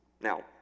Now